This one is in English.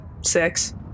six